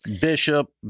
Bishop